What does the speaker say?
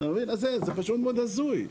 זה פשוט מאוד הזוי.